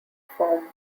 form